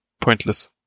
pointless